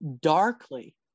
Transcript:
darkly